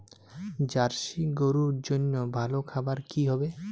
Jersey গরুর জন্য ভালো খাবার কি হবে?